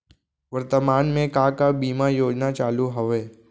वर्तमान में का का बीमा योजना चालू हवये